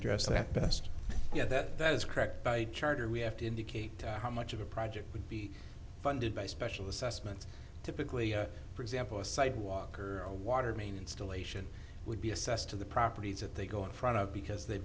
address that best yet that is correct by charter we have to indicate how much of a project would be funded by special assessments typically for example a sidewalk or a water main installation would be assessed to the properties that they go in front of because they